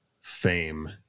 fame